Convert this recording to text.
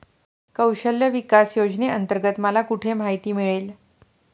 कौशल्य विकास योजनेअंतर्गत मला कुठे माहिती मिळेल?